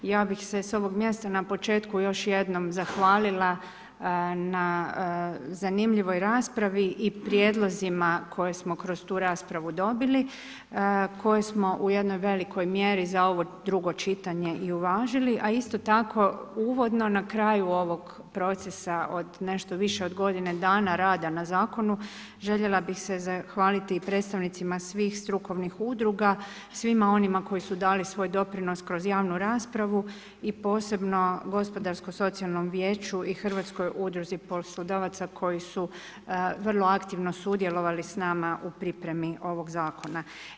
Ja bi se s ovog mjesta na početku još jednom zahvalila na zanimljivoj raspravi i prijedlozima koje smo kroz tu raspravu dobili, koje smo u jednoj velikoj mjeri za ovo drugo čitanje i uvažili, a isto tako uvodno na kraju ovog procesa, nešto više od godine dana na ovome zakonu, željela bi se zahvaliti predstavnicima svih strukovnih udruga, svima onima, koji su dali svoj doprinos kroz javnu raspravu i posebno gospodarsko socijalnom vijeću i hrvatskoj udruzi poslodavaca koji su vrlo aktivno sudjelovali s nama u pripremi ovog zakona.